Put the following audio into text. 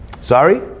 Sorry